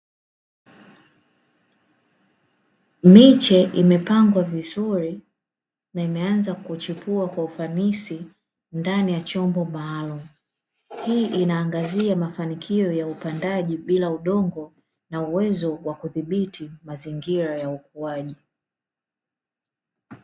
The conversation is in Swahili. Miche imepangwa vizuri na imeanza kuchipua kwa ufanisi ndani ya chombo maalumu. Hii inaangazia mafanikio ya upandaji bila udongo, na uwezo wa kudhibiti mazingira ya ukuaji.